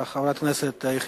חברת הכנסת שלי יחימוביץ.